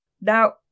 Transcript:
Now